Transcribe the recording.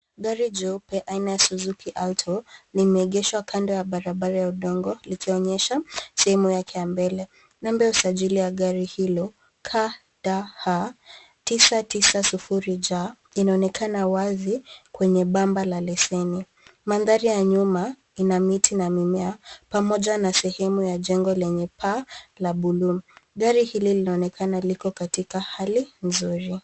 Gari jeupe aina la Suzuki Alto limeegeshwa kando ya barabara ya udongo likionyesha sehemu yake ya mbele. Namba ya usajili ya gari hiyo KCH 990J inaonekana wazi kwenye sehemu ya bumpa ya leseni. Mandhari ya nyuma ina miti na mimea pamoja na sehemu ya jengo lenye paa la buluu. Gari hili linaonekana liko katika hali nzuri.